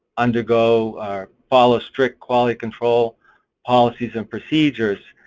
undergo or follow strict quality control policies and procedures,